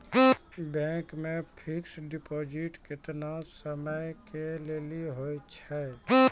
Bank मे fixed deposit केतना समय के लेली होय छै?